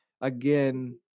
again